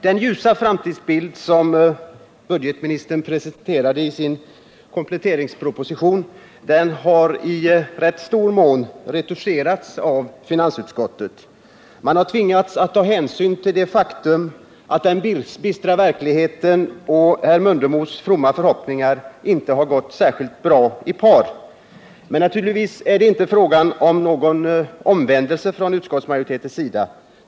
Den ljusa framtidsbild som budgetministern presenterade i sin kompletteringsproposition har i rätt stor mån retuscherats av finansutskottet. Man har tvingats att ta hänsyn till det faktum att den bistra verkligheten och herr Mundebos fromma förhoppningar inte har gått särskilt bra i par. Men naturligtvis är det inte fråga om någon omvändelse från utskottsmajoritetens sida.